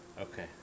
Okay